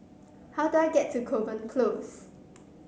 how do I get to Kovan Close